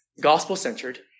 gospel-centered